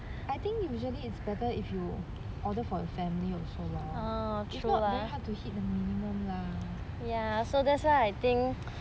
I think usually it's better if you order for your family also loh if not very hard to hit the minimum lah